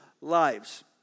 lives